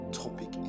topic